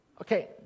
Okay